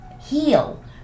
heal